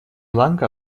ланка